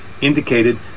indicated